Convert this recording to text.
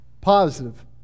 positive